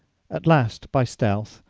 at last, by stealth,